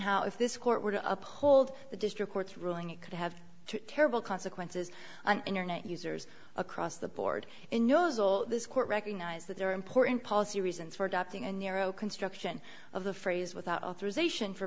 how if this court were to uphold the district court's ruling it could have terrible consequences on internet users across the board in yours all this court recognize that there are important policy reasons for adopting a narrow construction of the phrase without authorization for